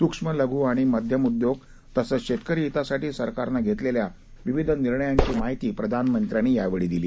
सूक्ष्म लघु आणि मध्यम उद्योग तसंच शेतकरी हितासाठी सरकारने घेतलेल्या विविध निर्णयांची माहिती प्रधानमंत्र्यांनी दिली